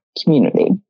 community